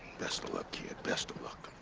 best of luck, kid. best of luck.